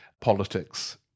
politics